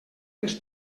les